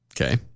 Okay